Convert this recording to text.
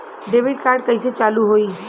Debit card कइसे चालू होई?